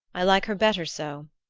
i like her better so,